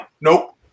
Nope